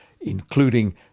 including